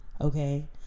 Okay